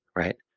right,